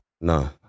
No